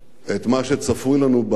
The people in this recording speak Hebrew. את מה שצפוי לנו באזור,